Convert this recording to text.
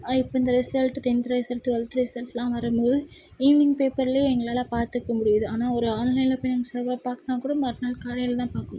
இப்போ இந்த result tenth result twelfth ரிசல்ட்லாம் வரும்போது ஈவினிங் பேப்பர்லேயே எங்களால் பார்த்துக்க முடியுது ஆனால் ஒரு ஆன்லைனில் போய் நாங்கள் பார்க்கணுன்னா கூட மறுநாள் காலையில் தான் பார்க்குணும்